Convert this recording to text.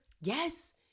Yes